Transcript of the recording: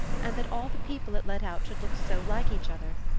and that all the people it let out should look so like each other,